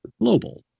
global